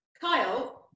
Kyle